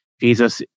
Jesus